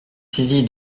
saisi